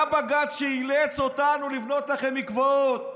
היה בג"ץ שאילץ אותנו לבנות לכם מקוואות.